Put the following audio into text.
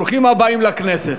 ברוכים הבאים לכנסת.